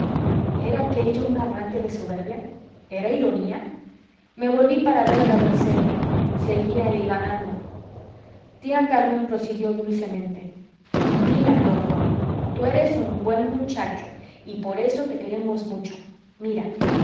era aquello un arranque de soberbia era ironía me volví para ver a la doncella seguía hilvanando tía carmen prosiguió dulcemente mira rorró tú eres un buen muchacho y por eso te queremos mucho mira